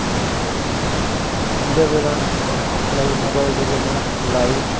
ᱧᱤᱫᱟᱹ ᱵᱮᱲᱟ ᱞᱟᱹᱭ ᱢᱳᱵᱟᱭᱤᱞ ᱨᱮᱜᱮ ᱢᱮᱱᱟᱜ ᱞᱟ ᱭᱤᱴ